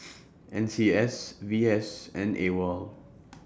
N C S V S and AWOL